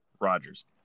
Rodgers